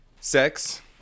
Sex